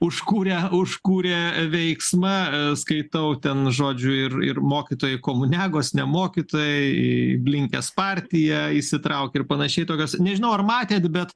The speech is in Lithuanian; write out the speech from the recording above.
užkūrė užkūrė veiksmą skaitau ten žodžiu ir ir mokytojai komuniagos ne mokytojai į blinkės partiją įsitraukė ir panašiai tokios nežinau ar matėt bet